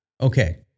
Okay